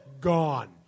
gone